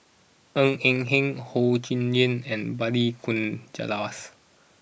Ng Eng Hen Ho Yuen Hoe and Balli Kaur Jaswals